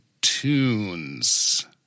tunes